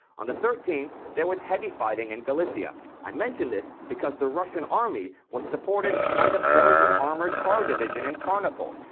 on the thirteenth there was heavy fighting in galicia. i mention this because the russian army was supported by the belgian armored car division in tarnopol.